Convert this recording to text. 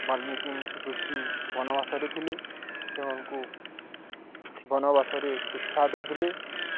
ବାଲ୍ମୀକି ଋଷି ବନବାସରେ ଥିଲେ ସେମାନଙ୍କୁ ବନବାସରେ ଶିକ୍ଷା ଦଉଥିଲେ